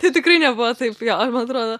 tai tikrai nebuvo taip jo ar man atrodo